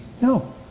No